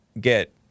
get